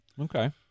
Okay